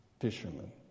Fishermen